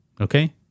okay